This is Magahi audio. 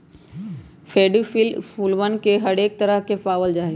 डैफोडिल फूलवन के हरेक तरह के पावल जाहई